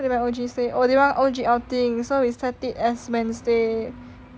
what did my O_G say oh they want O_G outing so we set it as wednesday